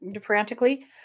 frantically